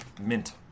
mint